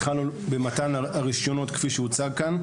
התחלנו במתן הרישיונות כפי שהוצג כאן.